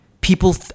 people